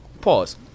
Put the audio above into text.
Pause